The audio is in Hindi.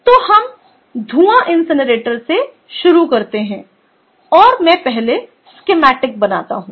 तो हम धूआं इनसिनरेटर से शुरू करते हैं और मैं पहले स्कीमैटिक बनाता हूं